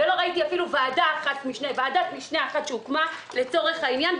לא ראיתי אפילו ועדת משנה אחת שהוקמה לצורך העניין,